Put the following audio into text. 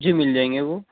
جی مل جائیں گے وہ